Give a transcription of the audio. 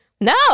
No